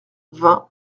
vingt